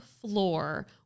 floor